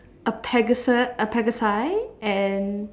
a pegasus a pegasi and